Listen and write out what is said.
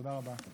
תודה רבה.